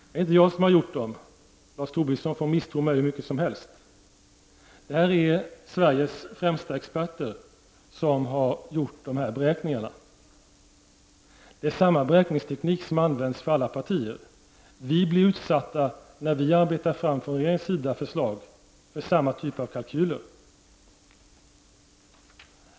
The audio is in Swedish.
Det är inte jag som har gjort dem. Lars Tobisson får misstro mig hur mycket som helst. Det är Sveriges främsta experter som har gjort beräkningarna. Samma beräkningsteknik används för alla partier. När regeringen arbetar fram förslag blir den utsatt för samma typ av kalkyler.